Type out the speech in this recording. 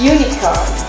Unicorn